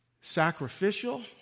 sacrificial